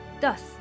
Thus